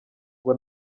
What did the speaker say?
ngo